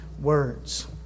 words